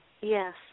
Yes